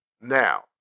Now